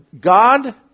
God